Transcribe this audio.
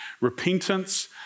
repentance